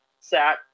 sat